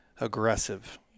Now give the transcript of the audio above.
aggressive